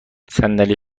صندلی